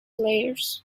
layers